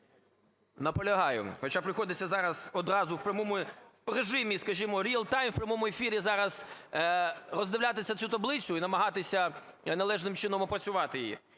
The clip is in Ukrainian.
Наполягаю. Хоча приходиться зараз одразу в прямому режимі, скажімо, real-time, в прямому ефірі зараз роздивлятися цю таблицю і намагатися належним чином опрацювати її.